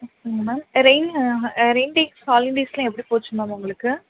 ஆ சொல்லுங்கள் ma'am rainy rain day holidays எல்லாம் எப்படி போச்சு மேம் உங்களுக்கு